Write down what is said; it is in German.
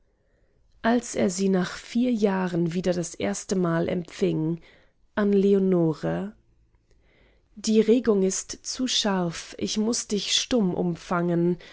als er sie nach vier jahren wieder das erstemal empfing an leonore die regung ist zu scharf ich muß dich stumm umfangen